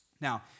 Now